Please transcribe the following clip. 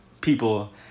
people